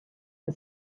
the